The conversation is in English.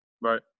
Right